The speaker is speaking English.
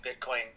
Bitcoin